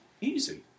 easy